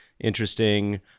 interesting